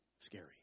Scary